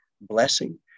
blessing